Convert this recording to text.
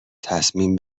تصمیم